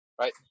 right